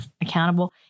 accountable